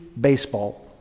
baseball